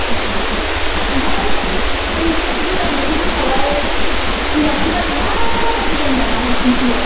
अ ओमफ्राय ओरैनो गोजां बोथोरफोरावलाय गोजांसोगारोना ना बारा गोजां बाङा नोंसोरनिथिंलाय